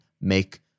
make